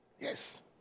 Yes